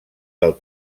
del